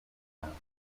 rounds